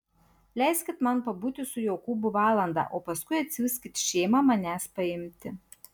leiskit man pabūti su jokūbu valandą o paskui atsiųskit šėmą manęs paimti